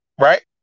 Right